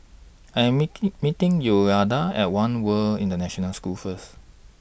I'm meeting Yolonda At one World International School First